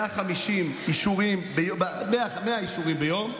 100 אישורים ביום,